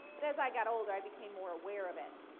but as i got older i became more aware of it.